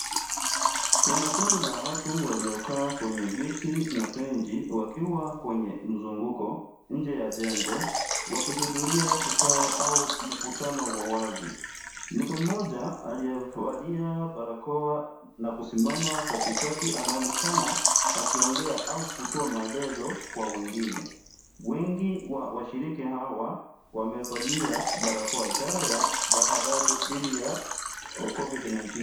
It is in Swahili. Kuna kundi la watu waliokaa kwenye viti na benchi, wakiwa kwenye mzungukonje ya jengo wakihuthuria kikao au mkutano wa wazi, mtu moja aliyevalia barakoa na kusimama katikati anaonekana akiongea au kutoa maelezo kwa wengine, wengi wa washiriki hawa wamevalia barakoa, ishara ya tahathari dithi ya, (cs)covid 19(cs).